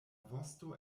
vosto